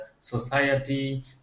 society